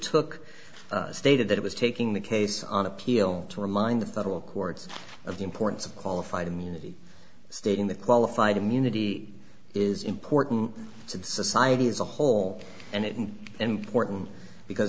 took stated that it was taking the case on appeal to remind the federal courts of the importance of qualified immunity stating the qualified immunity is important to the society as a whole and it an important because